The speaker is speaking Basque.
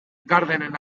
garderen